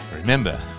Remember